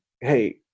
hey